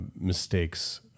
mistakes